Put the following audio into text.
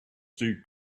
this